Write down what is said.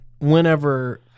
whenever